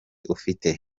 ufite